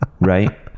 Right